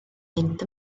mynd